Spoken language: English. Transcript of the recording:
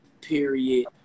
period